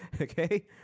Okay